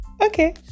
Okay